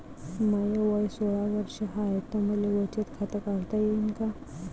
माय वय सोळा वर्ष हाय त मले बचत खात काढता येईन का?